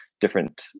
different